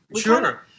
Sure